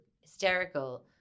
hysterical